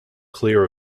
clear